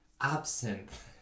absinthe